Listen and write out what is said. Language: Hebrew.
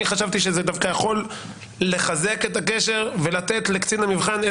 אני חשבתי שזה דווקא יכול לחזק את הקשר ולתת לקצין המבחן.